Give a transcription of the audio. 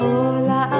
Hola